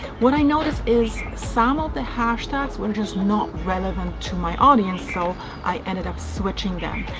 what i noticed is some of the hashtags were just not relevant to my audience, so i ended up switching